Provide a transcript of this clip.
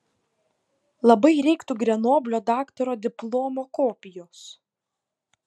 labai reiktų grenoblio daktaro diplomo kopijos